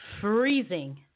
freezing